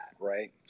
right